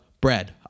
bread